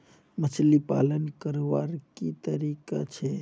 मछली पालन करवार की तरीका छे?